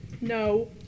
No